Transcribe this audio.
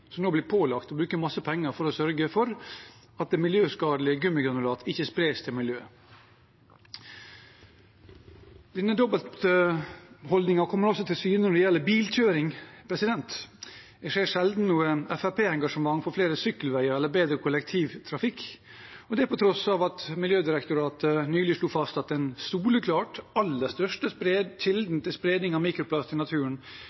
som nå blir pålagt å bruke masse penger for å sørge for at det miljøskadelige gummigranulatet ikke spres til miljøet. Denne dobbeltholdningen kommer også til syne når det gjelder bilkjøring. Jeg ser sjelden noe FrP-engasjement for flere sykkelveier eller bedre kollektivtrafikk – og det på tross av at Miljødirektoratet nylig slo fast at den soleklart aller største kilden til spredning av mikroplast i naturen